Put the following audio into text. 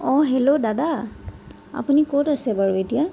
অঁ হেল্ল' দাদা আপুনি ক'ত আছে বাৰু এতিয়া